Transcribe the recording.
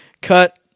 Cut